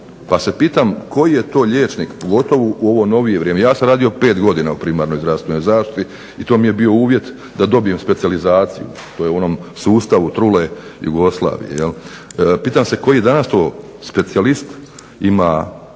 Pa se pitam koji je to liječnik, pogotovo u ovo novije vrijeme, ja sam radio 5 godina u primarnoj zdravstvenoj zaštiti i to mi je bio uvjet da dobijem specijalizaciju, to je u onom sustavu trule Jugoslavije. Pitam se koji danas to specijalist ima,